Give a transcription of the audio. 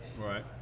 right